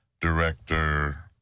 director